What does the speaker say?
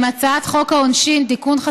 הצעת חוק העונשין (תיקון,